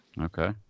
Okay